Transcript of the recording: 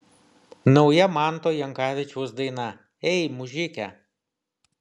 nauja manto jankavičiaus daina ei mužike